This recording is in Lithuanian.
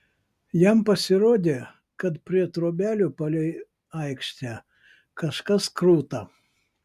jam pasirodė kad prie trobelių palei aikštę kažkas kruta